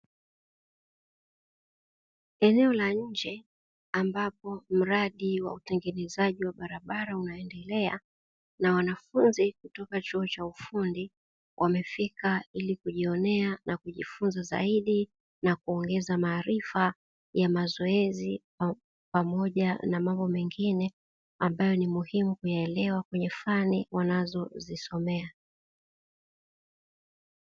Eneo la nje ambapo, mradi wa kutengenezaji wa barabara unaendelea na wanafunzi wamefika ili kujionea na kujifunza zaidi, na kuongeza maarifa ya mazoezi pamoja na mambo mengine ambayo ni muhimu kuyaelewa kwenye fani wanazozisomea.